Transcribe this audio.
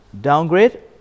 Downgrade